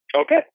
Okay